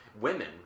women